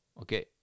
Okay